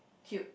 tube